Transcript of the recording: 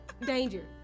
danger